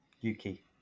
Yuki